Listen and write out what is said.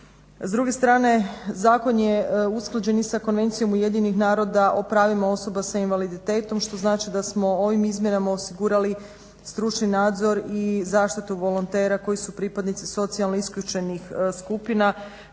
S druge strane zakon je usklađen i sa Konvencijom UN-a o pravima osoba s invaliditetom što znači da smo ovim izmjenama osigurali stručni nadzor i zaštitu volontera koji su pripadnici socijalno isključenih skupina,